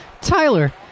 Tyler